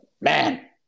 man